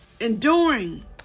Enduring